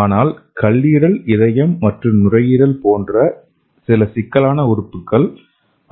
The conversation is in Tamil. ஆனால் கல்லீரல் இதயம் மற்றும் நுரையீரல் போன்ற சில சிக்கலான உறுப்புகள்